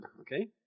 okay